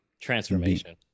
Transformation